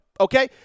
Okay